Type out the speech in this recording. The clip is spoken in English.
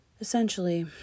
Essentially